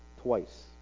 twice